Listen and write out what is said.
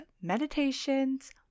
meditations